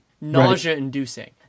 nausea-inducing